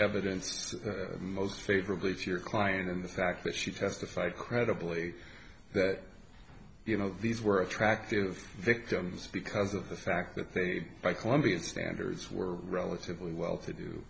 evidence for most favorably to your client and the fact that she testified credibly that you know these were attractive victims because of the fact that they by colombian standards were relatively well to do